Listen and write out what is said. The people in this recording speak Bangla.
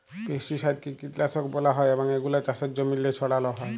পেস্টিসাইডকে কীটলাসক ব্যলা হ্যয় এবং এগুলা চাষের জমিল্লে ছড়াল হ্যয়